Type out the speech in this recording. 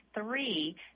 three